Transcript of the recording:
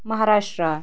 Maharashtra